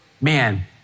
Man